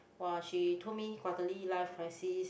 !wah! she told me quarterly life crisis